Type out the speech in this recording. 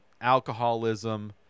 Alcoholism